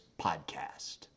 podcast